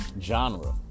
genre